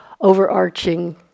overarching